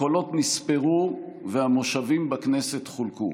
הקולות נספרו והמושבים בכנסת חולקו.